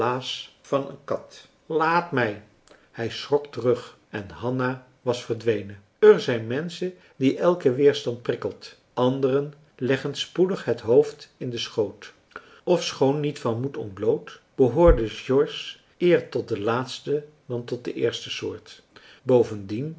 van een kat laat mij hij schrok terug en hanna was verdwenen er zijn menschen die elke weerstand prikkelt anderen leggen spoedig het hoofd in den schoot ofschoon niet van moed ontbloot behoorde george eer tot de laatste marcellus emants een drietal novellen dan tot de eerste soort bovendien